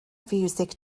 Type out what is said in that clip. fiwsig